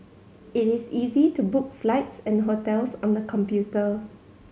it is easy to book flights and hotels on the computer